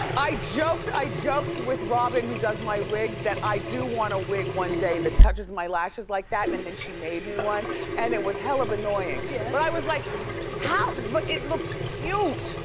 i joked, i joked with robin who does my wigs that i do wanna wig one day that touches my lashes like that, and then she made me one and it was hella annoying. yeah. but i was like how, but it looks cute.